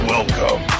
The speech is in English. Welcome